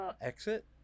Exit